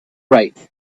right